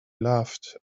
laughed